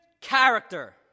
character